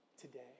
today